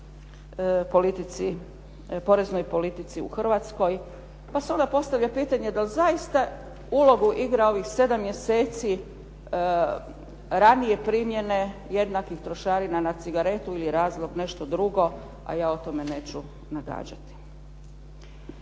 politici, poreznoj politici u Hrvatskoj. Pa se onda postavlja pitanje dal' zaista ulogu igra ovih 7 mjeseci ranije primjene jednakih trošarina na cigaretu ili je razlog nešto drugo, a ja o tome neću nagađati.